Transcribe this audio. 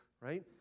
right